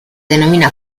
denomina